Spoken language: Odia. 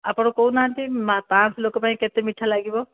ଆପଣ କହୁନାହାନ୍ତି ପାଞ୍ଚଶହ ଲୋକ ପାଇଁ କେତେ ମିଠା ଲାଗିବ